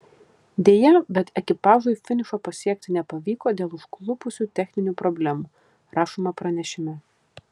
deja bet ekipažui finišo pasiekti nepavyko dėl užklupusių techninių problemų rašoma pranešime